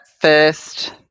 first